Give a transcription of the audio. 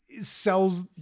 sells